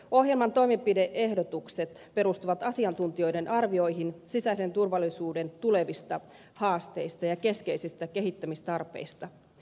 ohjelman toimenpide ehdotukset perustuvat asiantuntijoiden arvioihin sisäisen turvallisuuden tulevista haasteista ja keskeisistä kehittämistarpeista